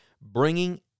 bringing